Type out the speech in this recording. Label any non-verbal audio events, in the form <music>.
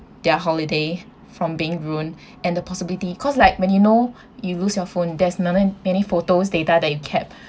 their holiday from being ruined and the possibility 'cause like when you know <breath> you lose your phone there's many many photos data that you kept